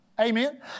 Amen